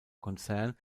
konzern